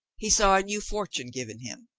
he saw a new fortune given him,